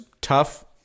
tough